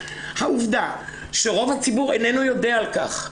העובדה שרוב הציבור איננו יודע על כך,